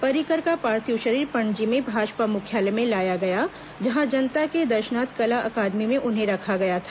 पर्रिकर का पार्थिव शरीर पणजी में भाजपा मुख्यालय में लाया गया जहां जनता के दर्शनार्थ कला अकादमी में उन्हें रखा गया था